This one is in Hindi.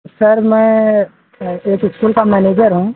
सर मैं एक स्कूल का मैनेजर हूँ